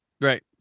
Right